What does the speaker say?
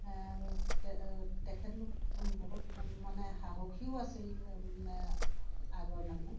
তেখেতলোক বহুত মানে সাহসীও আছিল আগৰ মানুহ